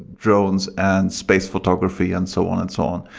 drones and space photography and so on and so on.